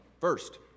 First